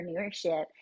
entrepreneurship